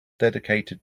dedicated